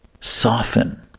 soften